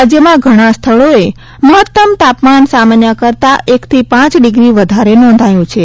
રાજ્યમાં ઘણા સ્થળોએ મહત્તમ તાપમાન સામાન્ય કરતાં એકથી પાંચ ડિગ્રી વધારે નોંધાયું છે